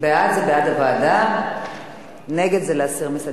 ההצעה להעביר את הנושא לוועדת החוץ והביטחון